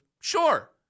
Sure